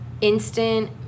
instant